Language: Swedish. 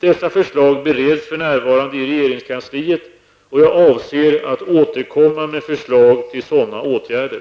Dessa förslag bereds för närvarande i regeringskansliet, och jag avser att återkomma med förslag till sådana åtgärder.